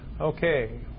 Okay